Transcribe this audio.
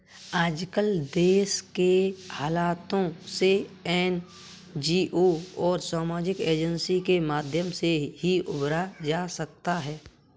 आजकल देश के हालातों से एनजीओ और सामाजिक एजेंसी के माध्यम से ही उबरा जा सकता है